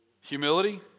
humility